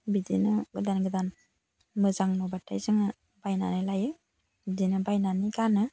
बिदिनो गोदान गोदान मोजां नुबाथाय जोङो बायनानै लायो बिदिनो बायनानै गानो